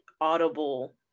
audible